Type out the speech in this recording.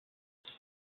ces